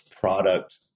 product